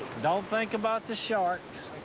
don't think about the sharks.